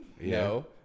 No